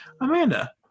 Amanda